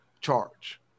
charge